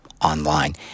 online